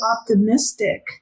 optimistic